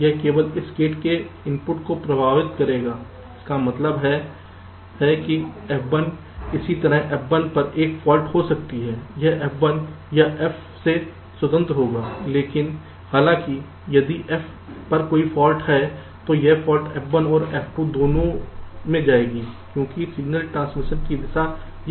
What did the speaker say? यह केवल इस गेट के इनपुट को प्रभावित करेगा इसका मतलब यह है कि F1 इसी तरह F1 पर एक फाल्ट हो सकती है यह F1 या F से स्वतंत्र होगा लेकिन हालाँकि यदि F पर कोई फाल्ट है तो वह फाल्ट F1 और F2 दोनों में जाएगी क्योंकि सिग्नल ट्रांसमिशन की दिशा यह है